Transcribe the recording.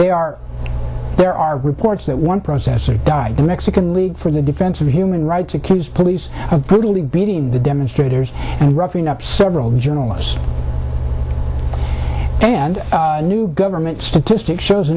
they are there are reports that one processor died the mexican league for the defense of human rights accuse police of brutally beating the demonstrators and roughing up several journalists and new government statistics shows